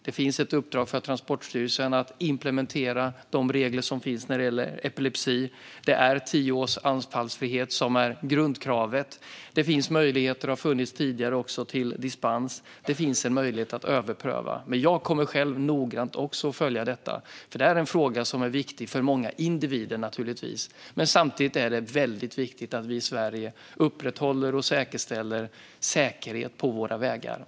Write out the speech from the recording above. Det finns ett uppdrag för Transportstyrelsen att implementera de regler som finns när det gäller epilepsi, och det är tio års anfallsfrihet som är grundkravet. Det finns möjlighet till dispens, och det har det även funnits tidigare. Det finns en möjlighet att överpröva. Jag kommer själv att följa detta noggrant, för det här är en fråga som naturligtvis är viktig för många individer. Samtidigt är det väldigt viktigt att vi i Sverige upprätthåller och säkerställer säkerhet på våra vägar.